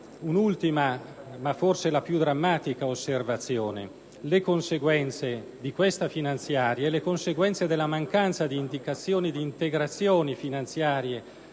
un'ultima, ma forse la più drammatica, osservazione: le conseguenze di questa finanziaria e le conseguenze della mancanza di indicazioni e di integrazioni finanziarie